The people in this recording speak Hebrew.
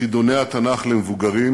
חידוני התנ"ך למבוגרים,